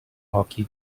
hockey